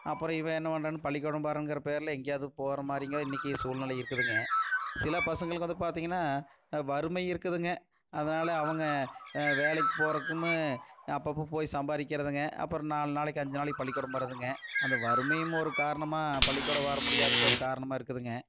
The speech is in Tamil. அப்புறம் இவன் என்ன பண்ணுறான் பள்ளிக்கூடம் போறேங்கிற பேரில் எங்கேயாவது போகிற மாதிரிங்க இன்றைக்கு சூழ்நிலை இருக்குதுங்க சில பசங்களுக்கு வந்து பார்த்தீங்கன்னா வறுமை இருக்குதுங்க அதனால அவங்க வேலைக்கு போகிறக்கும்மு அப்பப்போ போய் சம்பாதிக்கிறதுங்க அப்புறம் நாலு நாளைக்கு அஞ்சு நாளைக்கு பள்ளிக்கூடம் வரதுங்க அந்த வறுமையும் ஒரு காரணமாக பள்ளிக்கூடம் வர முடியாததுக்கு ஒரு காரணமாக இருக்குதுங்க